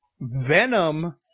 Venom